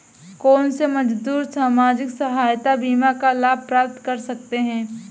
कौनसे मजदूर सामाजिक सहायता बीमा का लाभ प्राप्त कर सकते हैं?